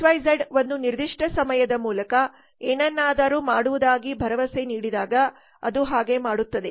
X Y ಝಡ್ಒಂದು ನಿರ್ದಿಷ್ಟ ಸಮಯದ ಮೂಲಕ ಏನನ್ನಾದರೂ ಮಾಡುವುದಾಗಿ ಭರವಸೆ ನೀಡಿದಾಗ ಅದು ಹಾಗೆ ಮಾಡುತ್ತದೆ